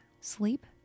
sleep